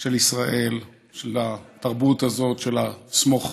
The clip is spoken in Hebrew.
של ישראל, של התרבות הזאת של: סמוך